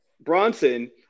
Bronson